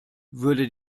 würde